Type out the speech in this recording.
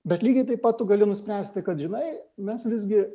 bet lygiai taip pat gali nuspręsti kad žinai mes visgi